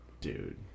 dude